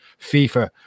FIFA